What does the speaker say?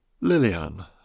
Lillian